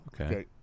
Okay